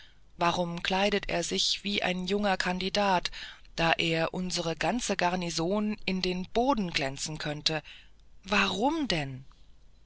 warum kleidet er sich wie ein junger kandidat da er unsere ganze garnison in den boden glänzen könnte warum denn